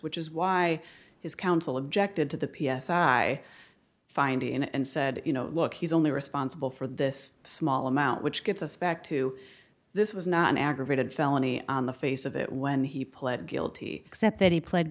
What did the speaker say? which is why his counsel objected to the p s i i find in and said you know look he's only responsible for this small amount which gets us back to this was not an aggravated felony on the face of it when he pled guilty step that he pled